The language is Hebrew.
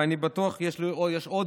ואני בטוח שיש עוד